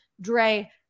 Dre